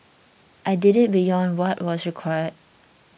I did it beyond what was required